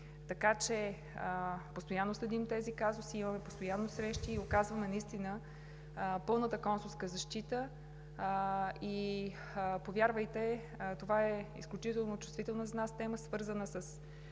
сфера. Постоянно следим тези казуси, имаме постоянно срещи и оказваме пълната консулска защита. Повярвайте, това е изключително чувствителна за нас тема, свързана с